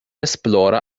esplora